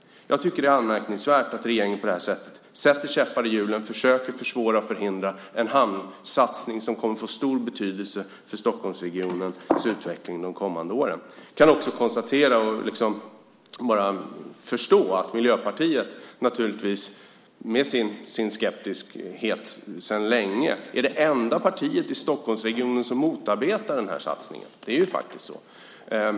Jag tycker att det är anmärkningsvärt att regeringen på det här sättet sätter käppar i hjulen och försöker försvåra och förhindra en hamnsatsning som kommer att få stor betydelse för Stockholmsregionens utveckling de kommande åren. Jag kan också konstatera och förstå att Miljöpartiet med sin skepsis sedan länge är det enda partiet i Stockholmsregionen som motarbetar den här satsningen. Det är ju faktiskt så.